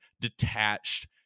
detached